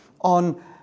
on